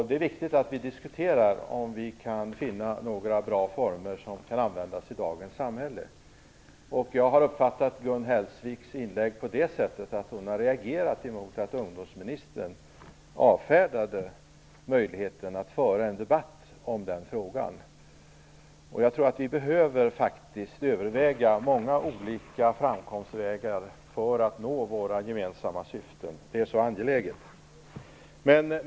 Det är viktigt att vi diskuterar om ifall vi kan finna några bra former som kan användas i dagens samhälle. Jag har uppfattat Gun Hellsviks inlägg så, att hon har reagerat mot att ungdomsministern avfärdade möjligheten att föra en debatt om den frågan. Jag tror att vi faktiskt behöver överväga många olika framkomstvägar för att nå våra gemensamma syften, eftersom det är så angeläget.